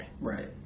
Right